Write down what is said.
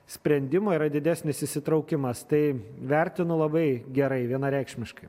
sprendimo yra didesnis įsitraukimas tai vertinu labai gerai vienareikšmiškai